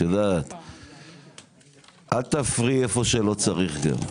את יודעת אל תפריעי איפה של צריך גם,